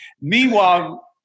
Meanwhile